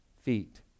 feet